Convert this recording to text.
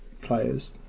players